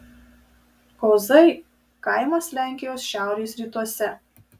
kozai kaimas lenkijos šiaurės rytuose